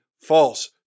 false